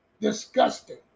Disgusting